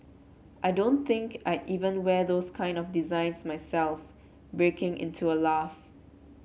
I don't think I'd even wear those kinds of designs myself breaking into a laugh